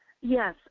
Yes